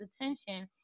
attention